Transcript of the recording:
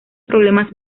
problemas